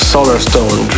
Solarstone